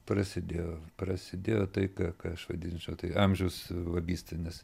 prasidėjo prasidėjo tai ką ką aš vadinčiau tai amžiaus vagystė nes